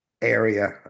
area